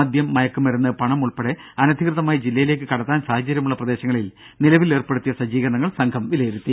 മദ്യം മയക്കുമരുന്ന് പണം ഉൾപ്പെടെ അനധികൃതമായി ജില്ലയിലേക്ക് കടത്താൻ സാഹചര്യമുള്ള പ്രദേശങ്ങളിൽ നിലവിൽ ഏർപ്പെടുത്തിയ സജ്ജീകരണങ്ങൾ സംഘം വിലയിരുത്തി